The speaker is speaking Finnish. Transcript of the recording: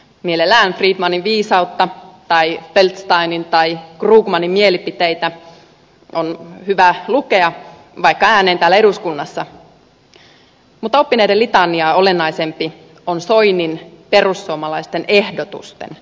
mielellään friedmanin viisautta tai feldsteinin tai krugmanin mielipiteitä on hyvä lukea vaikka ääneen täällä eduskunnassa mutta oppineiden litaniaa olennaisempi on soinin perussuomalaisten ehdotusten tarkastelu